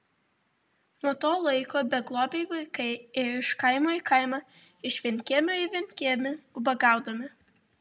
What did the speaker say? nuo to laiko beglobiai vaikai ėjo iš kaimo į kaimą iš vienkiemio į vienkiemį ubagaudami